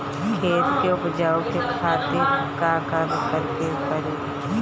खेत के उपजाऊ के खातीर का का करेके परी?